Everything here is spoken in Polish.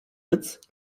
rydz